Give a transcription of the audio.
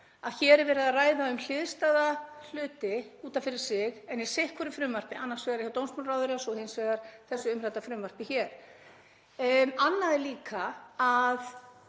að hér er verið að ræða um hliðstæða hluti út af fyrir sig en í tveimur frumvörpum, annars vegar frá dómsmálaráðherra og hins vegar í þessu umrædda frumvarpi. Annað er líka að